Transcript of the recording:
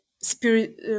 spirit